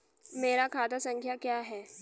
मेरा खाता संख्या क्या है?